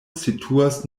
situas